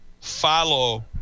follow